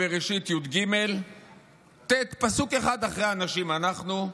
בראשית י"ג ט' פסוק אחד אחרי "אנשים אחים אנחנו":